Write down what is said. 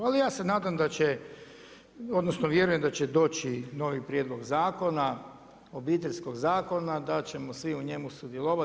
Ali, ja se nadam da će, odnosno, vjerujem da će doći novi prijedlog zakona, Obiteljskog zakona, da ćemo svi u njemu sudjelovati.